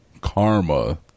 Karma